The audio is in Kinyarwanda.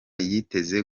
yiteze